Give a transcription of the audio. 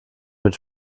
mit